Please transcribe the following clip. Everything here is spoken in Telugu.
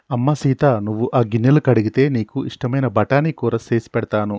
అమ్మ సీత నువ్వు ఆ గిన్నెలు కడిగితే నీకు ఇష్టమైన బఠానీ కూర సేసి పెడతాను